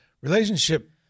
relationship